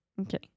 Okay